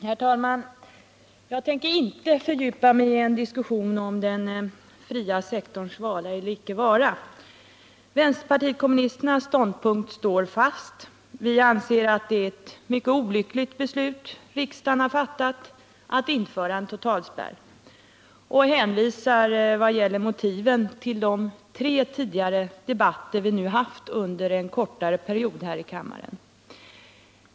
Herr talman! Jag tänker inte fördjupa mig i en diskussion om den fria Torsdagen den sektorns vara eller icke vara. Vänsterpartiet kommunisternas ståndpunkt står 19 april 1979 fast. Vi anser att det beslut riksdagen fattat om att införa en totalspärr är mycket olyckligt och hänvisar, vad gäller motiven, till de tre tidigare debatter vi under en kortare period haft här i kammaren.